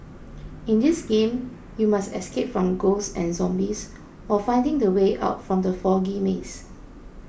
in this game you must escape from ghosts and Zombies while finding the way out from the foggy maze